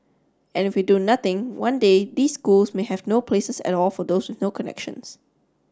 and if we do nothing one day these schools may have no places at all for those with no connections